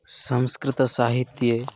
संस्कृतसाहित्ये